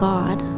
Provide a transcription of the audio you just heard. God